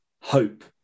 hope